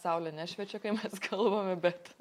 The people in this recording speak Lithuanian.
saulė nešviečia kai mes kalbame bet